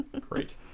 Great